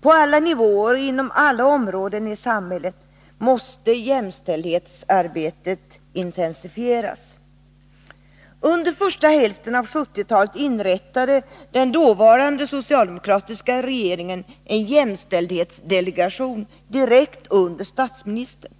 På alla nivåer och inom alla områden i samhället måste jämställdhetsarbetet intensifieras. Under första hälften av 1970-talet inrättade den dåvarande socialdemokratiska regeringen en jämställdhetsdelegation direkt under statsministern.